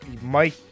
Mike